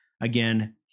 again